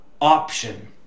option